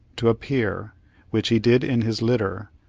to appear which he did, in his litter,